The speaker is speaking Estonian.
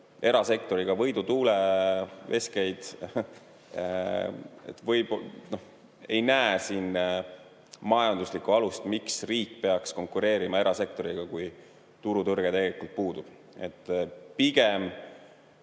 erasektoriga võidu tuuleveskeid – ma ei näe siin majanduslikku alust, miks riik peaks konkureerima erasektoriga, kui turutõrge tegelikult puudub. Pigem